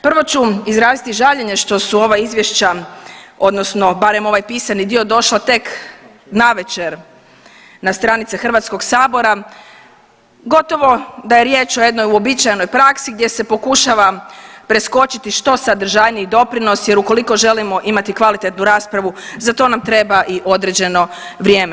Prvo ću izraziti žaljenje što su ova izvješća odnosno barem ovaj pisani dio došla tek navečer na stranice HS-a gotovo da je riječ o jednoj uobičajenoj praksi gdje se pokušava preskočiti što sadržajniji doprinos jer ukoliko želimo imati kvalitetnu raspravu za to nam treba i određeno vrijeme.